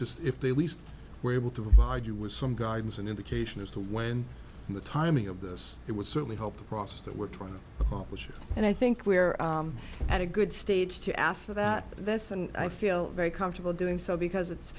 just if they least we're able to provide you with some guidance and indication as to when the timing of this it would certainly help the process that we're trying to accomplish and i think we're at a good stage to ask for that this and i feel very comfortable doing so because it's